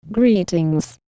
Greetings